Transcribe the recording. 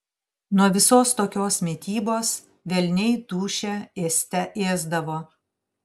nuo visos tokios mitybos velniai dūšią ėste ėsdavo